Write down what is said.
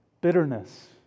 Bitterness